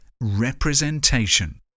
representation